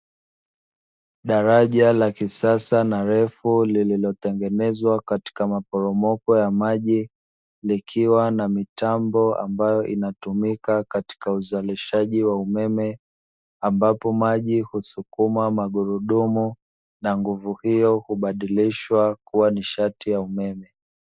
Daraja la kisasa na refu lililotengenezwa katika maporomoko ya maji, likiwa na mitambo ambayo inatumika katika uzalishaji wa umeme, ambapo maji husukuma magurudumu na nguvu hiyo hubadilishwa kuwa nishati ya umeme.